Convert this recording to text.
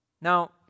Now